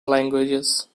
languages